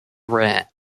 rare